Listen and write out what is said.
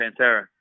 pantera